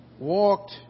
walked